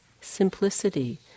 simplicity